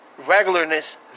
regularness